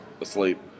asleep